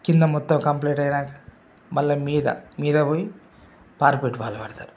కింద మొత్తం కంప్లీట్ అయినాక మళ్ళీ మీద మీద పోయి కార్పొరేట్ వాల్ పెడతారు